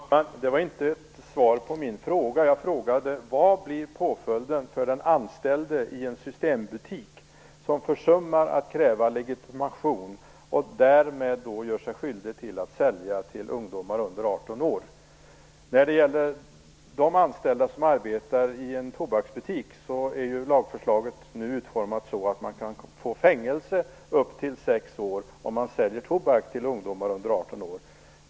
Fru talman! Det var inte ett svar på min fråga. Jag frågade: Vad blir påföljden för den anställde i en När det gäller de anställda som arbetar i en tobaksbutik är lagförslaget nu utformat så att man kan få fängelse upp till sex år om man säljer tobak till ungdomar under 18 år.